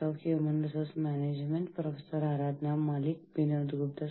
human resource management ക്ലാസിലേക്ക് വീണ്ടും സ്വാഗതം